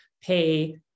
pay